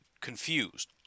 confused